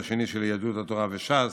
השני של יהדות התורה וש"ס.